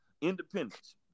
independence